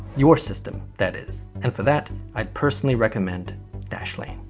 your system that is. and for that i'd personally recommend dashlane.